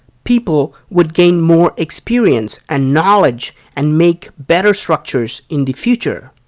people would gain more experience and knowledge and make better structures in the future.